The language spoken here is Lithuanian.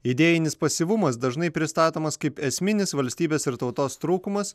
idėjinis pasyvumas dažnai pristatomas kaip esminis valstybės ir tautos trūkumas